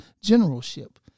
generalship